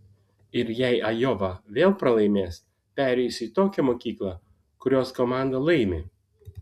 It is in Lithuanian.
ir jei ajova vėl pralaimės pereisiu į tokią mokyklą kurios komanda laimi